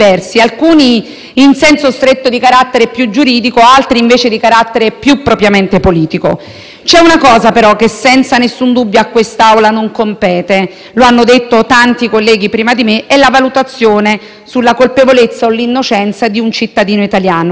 C'è una cosa, però, che senza alcun dubbio a quest'Aula non compete, come hanno detto tanti colleghi prima di me: la valutazione sulla colpevolezza o l'innocenza di un cittadino italiano, che resta - ricorderei - per fortuna nelle mani di una magistratura indipendente e autonoma,